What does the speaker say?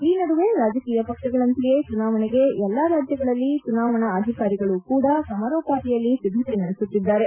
ಈ ನಡುವೆ ರಾಜಕೀಯ ಪಕ್ಷಗಳಂತೆಯೇ ಚುನಾವಣೆಗೆ ಎಲ್ಲ ರಾಜ್ಯಗಳಲ್ಲಿ ಚುನಾವಣಾ ಅಧಿಕಾರಿಗಳು ಕೂಡ ಸಮರೋಪಾದಿಯಲ್ಲಿ ಸಿದ್ದತೆ ನಡೆಸುತ್ತಿದ್ದಾರೆ